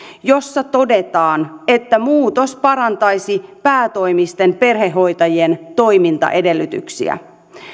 jossa todetaan että muutos parantaisi päätoimisten perhehoitajien toimintaedellytyksiä